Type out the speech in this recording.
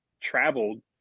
traveled